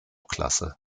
klasse